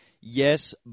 Yes